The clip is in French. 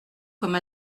comme